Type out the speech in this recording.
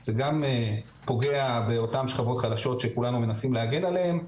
וזה גם פוגע באותן שכבות חלשות שכולנו מנסים להגן עליהם.